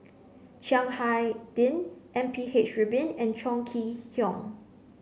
Chiang Hai Ding M P H Rubin and Chong Kee Hiong